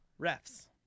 refs